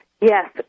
Yes